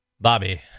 Bobby